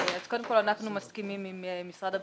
אנחנו מסכימים עם משרד הבריאות,